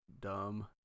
dumb